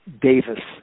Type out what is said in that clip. Davis